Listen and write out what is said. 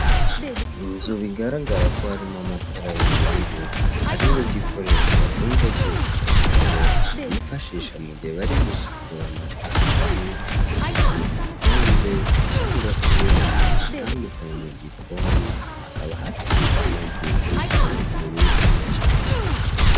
Inzu bigaragara ko harimo amatara y'ubururu, harimo igikoresho bakunze kwita ravabo bifashisha mu gihe bari gusukura amasahani, gusukura ibikombe cyangwa se ibindi bintu bitandukanye, mu gikoni hakaba hateretse na buji hejuru bicanye.